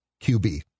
QB